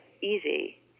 easy